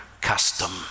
custom